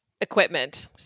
equipment